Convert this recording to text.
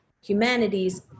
humanities